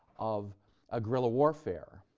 of ah guerrilla warfare.